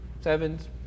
seven's